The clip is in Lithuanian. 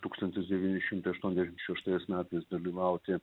tūkstantis devyni šimtai aštuondešim šeštais metais dalyvauti